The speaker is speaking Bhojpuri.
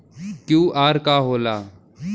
क्यू.आर का होला?